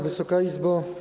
Wysoka Izbo!